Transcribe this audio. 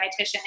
dietitian